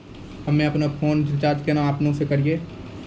हम्मे आपनौ फोन के रीचार्ज केना आपनौ से करवै?